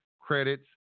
credits